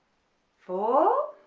four